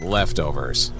Leftovers